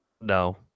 no